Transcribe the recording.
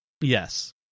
yes